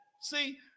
See